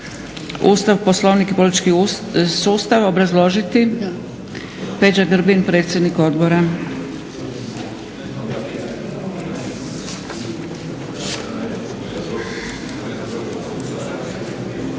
Ustav, Poslovnik i politički sustav obrazložiti? Peđa Grbin, predsjednik odbora.